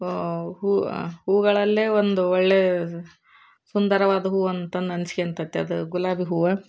ಹೂ ಹೂಗಳಲ್ಲೆ ಒಂದು ಒಳ್ಳೆ ಸುಂದರವಾದ ಹೂ ಅಂತ ಅನಿಸಿಕ್ಯಂತತೆ ಅದು ಗುಲಾಬಿ ಹೂವು